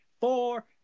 Four